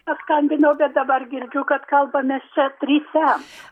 paskambinau bet dabar girdžiu kad kalbamės čia trise